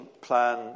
plan